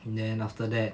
and then after that